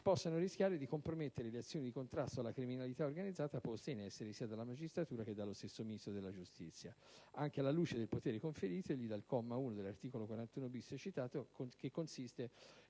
possano rischiare di compromettere le azioni di contrasto alla criminalità organizzata poste in essere sia dalla magistratura che dallo stesso Ministro della giustizia, anche alla luce del potere conferitogli dal comma 1 dell'articolo 41-*bis* citato, consistente